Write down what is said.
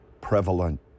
prevalent